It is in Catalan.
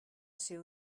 ser